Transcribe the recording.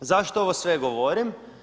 Zašto ovo sve govorim?